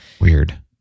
Weird